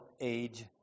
age